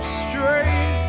straight